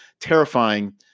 terrifying